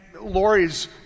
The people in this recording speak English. Lori's